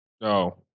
No